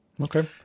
Okay